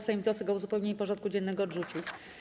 Sejm wniosek o uzupełnienie porządku dziennego odrzucił.